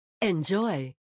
Enjoy